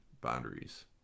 boundaries